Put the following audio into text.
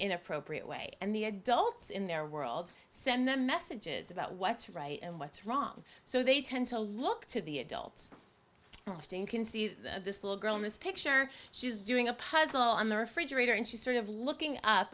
inappropriate way and the adults in their world send them messages about what's right and what's wrong so they tend to look to the adults and often can see this little girl in this picture she's doing a puzzle on the refrigerator and she's sort of looking up